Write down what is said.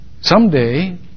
someday